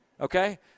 Okay